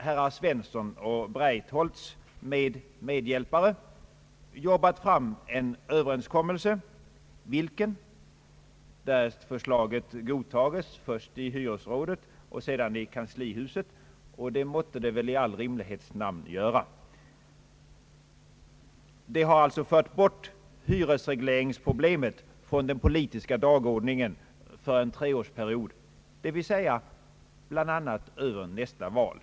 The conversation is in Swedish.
Herr Svensson och herr Breitholtz med medhjälpare har arbetat fram en överenskommelse vilken, därest förslaget godtas först i hyresrådet och sedan i kanslihuset — och det måtte det väl i all rimlighets namn göra — för bort hyresregleringsproblemet från den po Allmänpolitisk debatt litiska dagordningen för en treårsperiod, dvs. bl.a. över nästa val.